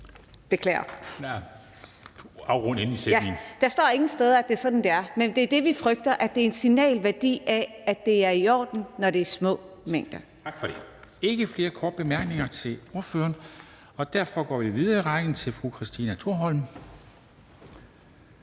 sætningen). Der står ingen steder, at det er sådan, det er, men det er det, vi frygter: at det er signalværdien af, at det er i orden, når det er små mængder. Kl. 11:27 Formanden (Henrik Dam Kristensen): Tak for det. Der er ikke flere korte bemærkninger til ordføreren. Og derfor går vi videre i rækken til fru Christina Thorholm,